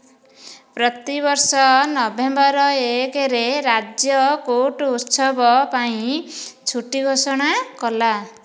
ପ୍ରତିବର୍ଷ ନଭେମ୍ବର ଏକରେ ରାଜ୍ୟ କୁଟ୍ ଉତ୍ସବ ପାଇଁ ଛୁଟି ଘୋଷଣା କଲା